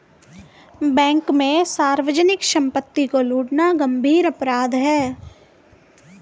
bank में सार्वजनिक सम्पत्ति को लूटना गम्भीर अपराध है